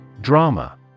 Drama